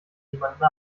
niemanden